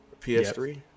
PS3